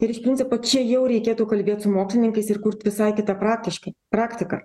ir iš principo čia jau reikėtų kalbėt su mokslininkais ir kurt visai kitą praktiškai praktiką